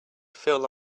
feel